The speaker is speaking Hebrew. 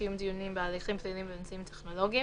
(קיום דיונים בהליכים פליליים באמצעים טכנולוגיים),